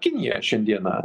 kinija šiandieną